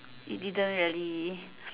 he didn't really